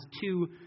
two